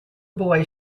boy